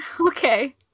okay